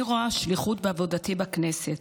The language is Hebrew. אני רואה שליחות בעבודתי בכנסת,